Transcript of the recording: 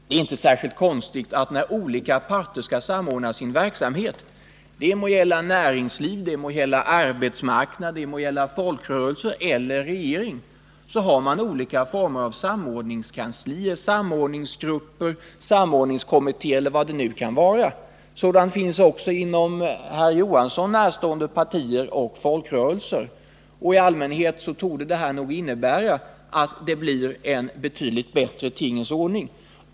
Det är inte särskilt konstigt att det när olika parter skall samordna sin verksamhet — det må gälla näringslivet, arbetsmarknaden, folkrörelser eller regeringar — finns olika former av samordningskanslier, samordningsgrupper, samordningskommittéer eller vad de nu kan kallas. Sådana organ finns också inom herr Johansson närstående partier och folkrörelser. I allmänhet torde dessa organ medföra att det blir en betydligt bättre tingens ordning.